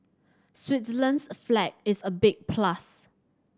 Switzerland's flag is a big plus